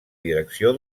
direcció